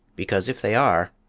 because if they are,